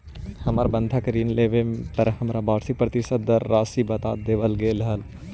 हमर बंधक ऋण लेवे पर हमरा वार्षिक प्रतिशत दर राशी बता देवल गेल हल